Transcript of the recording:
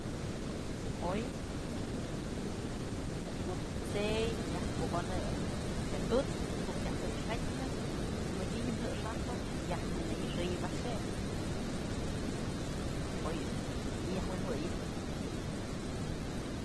Oy ko'o t'sey myaj pukonëp je'e tu'ukëko'o kya jëx jatyë mëdyë ji'im jëx jajpë jay nënyë'ixëyëp a'ax je'e oy a'ax jedun nya yaj wi'in jëwëyi.